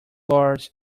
lords